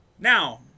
Now